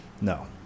no